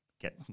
Get